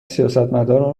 سیاستمداران